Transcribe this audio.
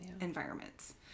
environments